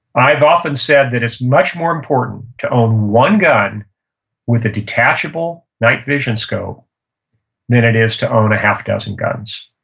i've often said that it's much more important to own one gun with a detachable night vision scope is to own a half dozen guns.